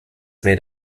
made